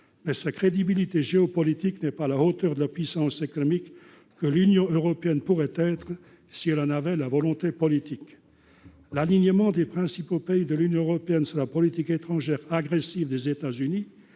mais sa crédibilité géopolitique n'est pas à la hauteur de la puissance économique que l'Union européenne pourrait être si elle en avait la volonté politique, l'alignement des principaux pays de l'Union européenne sur la politique étrangère agressive des États-Unis